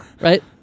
right